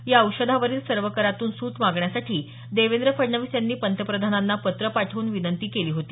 या औषधावरील सर्व करांतून सूट मागण्यासाठी देवेंद्र फडणवीस यांनी पंतप्रधान नरेंद्र मोदी यांना पत्र पाठवून विनंती केली होती